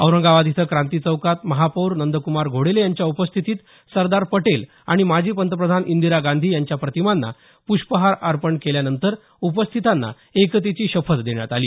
औरंगाबाद इथं क्रांती चौकात महापौर नंद्कुमार घोडेले यांच्या उपस्थितीत सरदार पटेल आणि माजी पंतप्रधान इंदिरा गांधी यांच्या प्रतिमांना पृष्पहार अर्पण केल्यानंतर उपस्थितांना एकतेची शपथ देण्यात आली